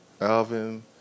Alvin